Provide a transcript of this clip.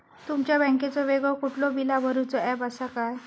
तुमच्या बँकेचो वेगळो कुठलो बिला भरूचो ऍप असा काय?